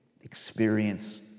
experience